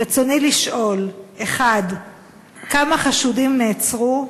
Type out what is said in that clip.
רצוני לשאול: 1. כמה חשודים נעצרו?